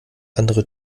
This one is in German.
andere